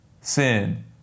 sin